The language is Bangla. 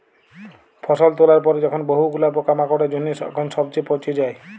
ফসল তোলার পরে যখন বহু গুলা পোকামাকড়ের জনহে যখন সবচে পচে যায়